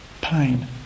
pain